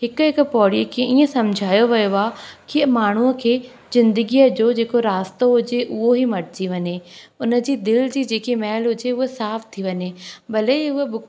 हिकु हिकु पौड़ीअ खे ईअं सम्झायो वियो आहे की माण्हूअ खे ज़िंदगीअ जो जेको रास्तो हुजे उहो ई मटिजी वञे उन जी दिलि जी जेकी मैल हुजे उहा साफ़ थी वञे भले ई उहा बुक